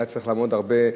היה צריך לעבוד הרבה.